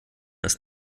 ist